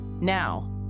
Now